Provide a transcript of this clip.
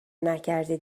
نکرده